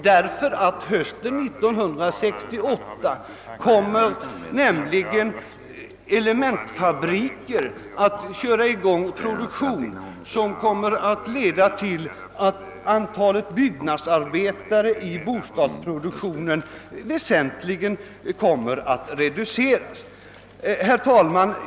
Hösten 1968 kommer nämligen elementfabriker att starta produktion av prefabricerade byggelement som kommer att leda till att antalet byggnadsarbetare i bostadsproduktionen väsentligen reduceras. Herr talman!